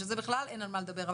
שזה בכלל אין על מה לדבר,